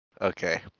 Okay